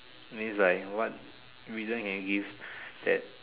means like what reason can you give that